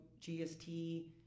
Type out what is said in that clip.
GST